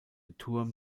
turm